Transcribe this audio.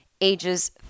ages